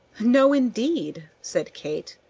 no, indeed! said kate.